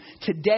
Today